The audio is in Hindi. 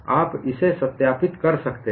यह आप इसे सत्यापित कर सकते हैं